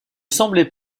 semblait